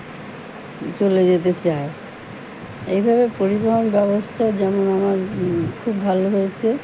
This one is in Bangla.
চলে যেতে চায় এইভাবে পরিবহন ব্যবস্থা যেমন আমার খুব ভালো হয়েছে